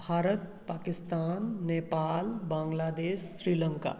Bharat Pakistan Nepal Bangladesh Sri Lanka